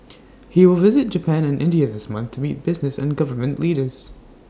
he will visit Japan and India this month to meet business and government leaders